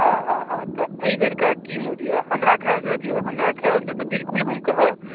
हँ हँ हँ तऽ एहि बेरका की मूड यऽ हमरा खयालसँ देखिऔ हमरा खयालसँ तऽ बिलकुल हम कहब